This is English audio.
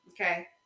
Okay